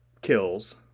kills